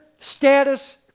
status